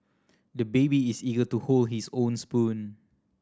the baby is eager to hold his own spoon